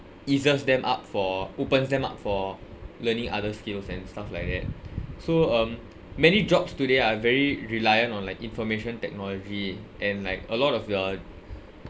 eases them up for opens them up for learning other skills and stuff like that so um many jobs today are very reliant on like information technology and like a lot of your